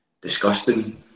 disgusting